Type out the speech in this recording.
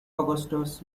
augustus